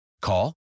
Call